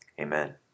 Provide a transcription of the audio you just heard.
Amen